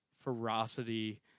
ferocity